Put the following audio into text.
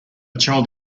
child